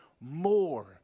more